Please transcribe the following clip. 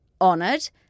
honoured